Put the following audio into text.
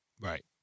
Right